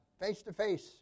face-to-face